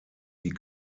die